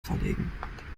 verlegen